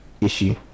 issue